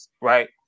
Right